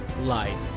life